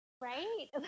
right